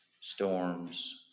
storms